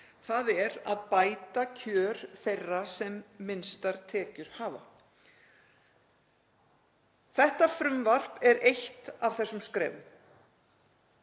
þ.e. að bæta kjör þeirra sem minnstar tekjur hafa. Þetta frumvarp er eitt af þessum skrefum.